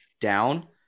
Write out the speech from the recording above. down